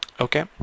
okay